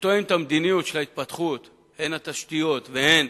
שתואם את המדיניות של ההתפתחות, הן של התשתיות והן